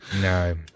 No